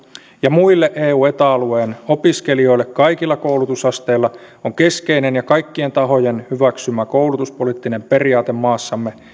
ja muille eu ja eta alueen opiskelijoille kaikilla koulutusasteilla on keskeinen ja kaikkien tahojen hyväksymä koulutuspoliittinen periaate maassamme